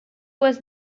was